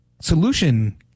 solution